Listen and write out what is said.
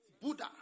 Buddha